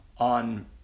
on